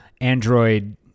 android